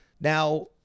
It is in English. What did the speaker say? Now